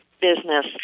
business